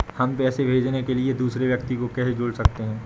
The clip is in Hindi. हम पैसे भेजने के लिए दूसरे व्यक्ति को कैसे जोड़ सकते हैं?